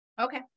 Okay